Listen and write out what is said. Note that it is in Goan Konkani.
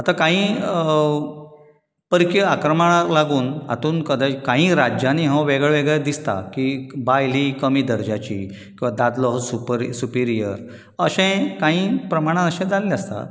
आतां काई परकीय आक्रमणाक लागून हातूंत कदय काई राज्यांनी हांव वेगळे वेगळे दिसता की बायल ही कमी दर्ज्याची किंवा दादलो हो सुपरि सुपिरियर अशें काई प्रमाणांत अशें जाल्लें आसता